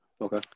okay